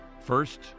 first